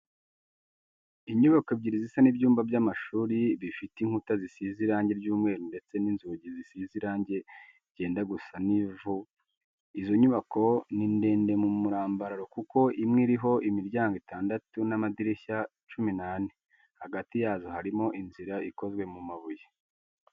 Inyubako ebyiri zisa n'ibyumba by'amashuri bifite inkuta zisize irange ry'umweru ndetse n'inzugi zisize irange ryenda gusa n'ivu. Izo nyubako ni ndende mu murambararo kuko imwe iriho imiryango itandatu n'amadirishya cumi n'ane. Hagati yazo harimo inzira ikozwe mu mabuye.